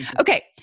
Okay